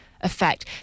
effect